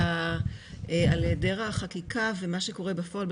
על היעדר החקיקה ומה שקורה בפועל בשטח: